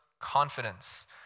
confidence